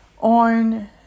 on